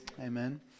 Amen